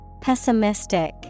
Pessimistic